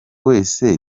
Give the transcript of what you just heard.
wese